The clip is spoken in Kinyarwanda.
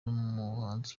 n’umuhanzi